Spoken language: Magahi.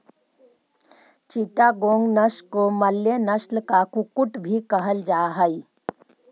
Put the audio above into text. चिटागोंग नस्ल को मलय नस्ल का कुक्कुट भी कहल जा हाई